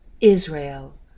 Israel